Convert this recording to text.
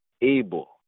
able